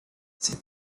ses